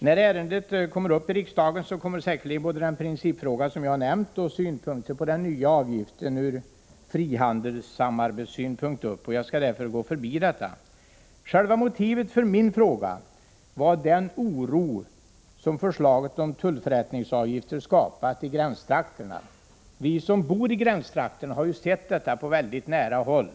När ärendet skall behandlas i riksdagen kommer säkerligen både den principfråga som jag har nämnt samt synpunkter på den nya avgiften med tanke på frihandelssamarbetet att tas upp. Jag skall därför nu gå förbi detta. Motiveringen för min fråga var den oro som förslaget om tullförrättningsavgifter har skapat i gränstrakterna. Vi som bor där har sett detta på väldigt nära håll.